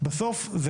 זה